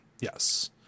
Yes